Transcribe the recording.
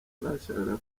bashakaga